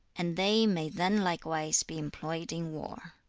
and they may then likewise be employed in war